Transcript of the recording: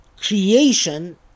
creation